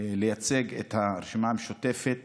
לייצג את הרשימה המשותפת